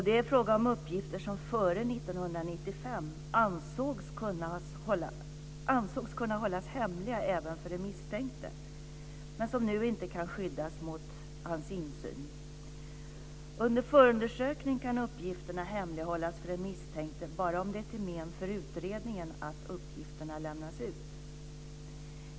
Det är fråga om uppgifter som före 1995 ansågs kunna hållas hemliga även för den misstänkte men som nu inte kan skyddas mot hans insyn. Under förundersökning kan uppgifterna hemlighållas för den misstänkte bara om det är till men för utredningen att uppgifterna lämnas ut.